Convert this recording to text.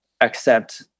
accept